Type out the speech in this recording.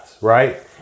right